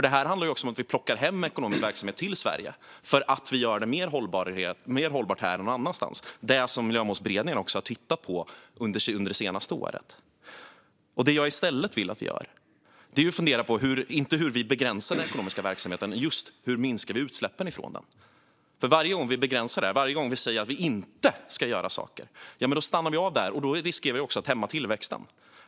Det här handlar också om att plocka hem ekonomisk verksamhet till Sverige därför att vi gör den mer hållbar här än någon annanstans. Det är också det Miljömålsberedningen har tittat på under det senaste året. Det jag vill att vi gör är att fundera på inte hur vi begränsar den ekonomiska verksamheten utan hur vi minskar utsläppen från den. Varje gång vi begränsar detta och säger att vi inte ska göra saker stannar vi nämligen av, och då riskerar vi att hämma tillväxten.